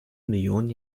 millionen